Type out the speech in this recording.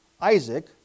Isaac